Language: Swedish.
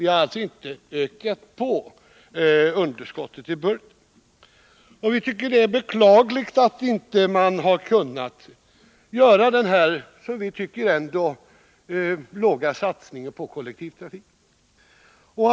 Vi har alltså inte ökat på underskottet i budgeten. Vi tycker att det är beklagligt att man inte har kunnat göra denna, som vi tycker, låga satsning på kollektivtrafiken.